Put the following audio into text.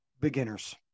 beginners